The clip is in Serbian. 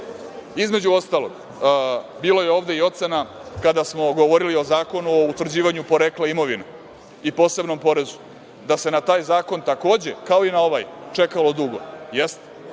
reći. Između ostalog, bilo je ovde i ocena, kada smo govorili o Zakonu o utvrđivanju porekla imovine i posebnom porezu, da se na taj zakon, takođe, kao i na ovaj, čekalo dugo. Jeste,